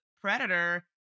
predator